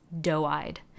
doe-eyed